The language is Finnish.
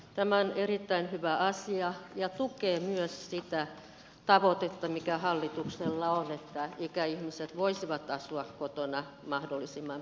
tämä on erittäin hyvä asia ja tukee myös sitä tavoitetta mikä hallituksella on että ikäihmiset voisivat asua kotona mahdollisimman pitkään